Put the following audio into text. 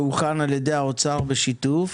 שהוכן על ידי האוצר בשיתוף